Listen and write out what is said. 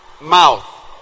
Mouth